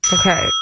Okay